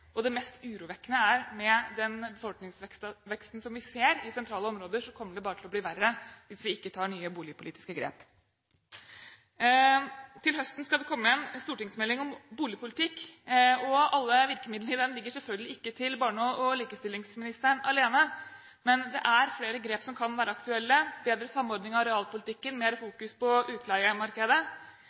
og det mest urovekkende er at med den befolkningsveksten som vi ser i sentrale områder, kommer det bare til å bli verre hvis vi ikke tar nye boligpolitiske grep. Til høsten skal det komme en stortingsmelding om boligpolitikk, og alle virkemidlene i den ligger selvfølgelig ikke til barne- og likestillingsministeren alene, men det er flere grep som kan være aktuelle: bedre samordning av realpolitikken, mer fokus på utleiemarkedet.